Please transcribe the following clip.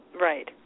Right